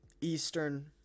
Eastern